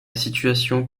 situation